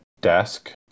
desk